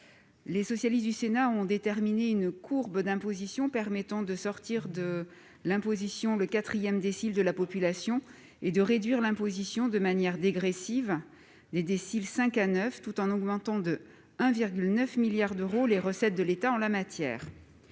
Les socialistes du Sénat ont déterminé une courbe d'imposition permettant de sortir de l'imposition le quatrième décile de la population et de réduire l'imposition de manière dégressive pour les déciles 5 à 9, tout en augmentant de 1,9 milliard d'euros les recettes de l'État issues